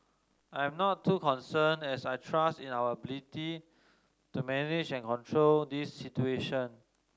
I am not too concerned as I trust in our ability to manage and control this situation